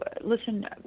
listen